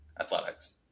Athletics